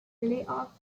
playoffs